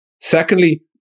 Secondly